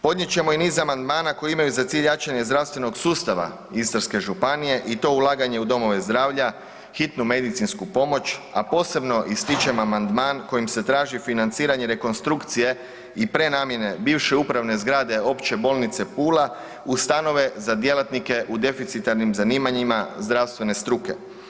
Podnijet ćemo i niz amandmana koji imaju za cilj jačanje zdravstvenog sustava Istarske županije i to ulaganje u domove zdravlja, hitnu medicinsku pomoć, a posebno ističem amandman kojim se traži financiranje rekonstrukcije i prenamjene bivše upravne zgrade Opće bolnice Pula u stanove za djelatnike u deficitarnim zanimanjima zdravstvene struke.